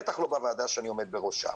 בטח לא בוועדה שאני עומד בראשה.